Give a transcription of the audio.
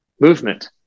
movement